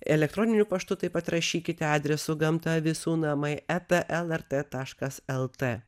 elektroniniu paštu taip pat rašykite adresu gamta visų namai eta lrt taškas lt